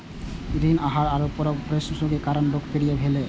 ऋण आहार Oprah Winfrey show के कारण लोकप्रिय भेलै